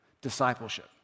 discipleship